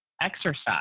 exercise